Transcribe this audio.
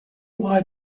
why